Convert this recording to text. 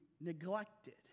neglected